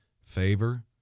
Favor